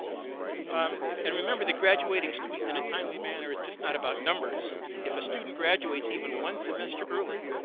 um and remember that graduating students in a timely manner is just not about numbers. if a student graduates even one semester early,